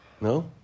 no